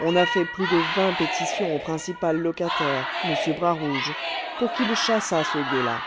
on a fait plus de vingt pétitions au principal locataire m bras rouge pour qu'il chassât ce